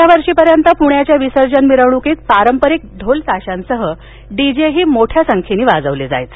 गेल्या वर्षी पर्यंत पुण्याच्या विसर्जन मिरवणूकीत पारपारिक ढोल ताशांसह डीजेही मोठ्या संख्येने वाजवले जायचे